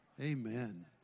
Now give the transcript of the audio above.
Amen